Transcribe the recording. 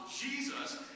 Jesus